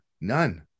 none